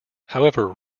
however